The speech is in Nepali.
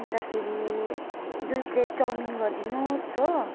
अन्तखेरि दुई प्लेट चौमिन गरिदिनोस् हो